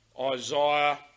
Isaiah